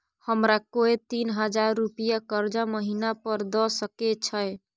हमरा कोय तीन हजार रुपिया कर्जा महिना पर द सके छै?